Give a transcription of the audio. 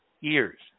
years